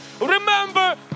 Remember